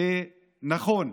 זה נכון.